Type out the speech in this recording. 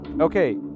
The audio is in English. Okay